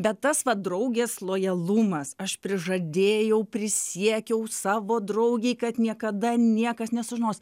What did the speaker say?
bet tas vat draugės lojalumas aš prižadėjau prisiekiau savo draugei kad niekada niekas nesužinos